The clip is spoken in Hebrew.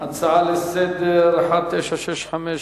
הצעה לסדר-היום מס' 1965,